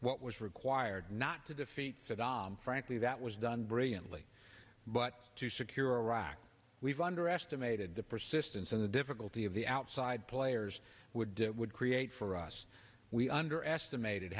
what was required not to defeat saddam frankly that was done brilliantly but to secure iraq we've underestimated the persistence and the difficulty of the outside players would would create for us we underestimated